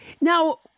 Now